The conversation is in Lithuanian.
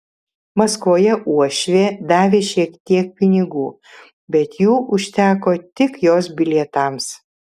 maskvoje uošvė davė šiek tiek pinigų bet jų užteko tik jos bilietams